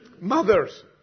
Mothers